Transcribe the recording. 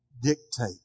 dictate